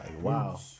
Wow